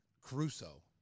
Caruso